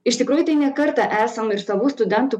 iš tikrųjų tai ne kartą esam ir savų studentų